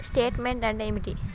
Statement అంటే ఏమిటి?